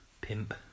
pimp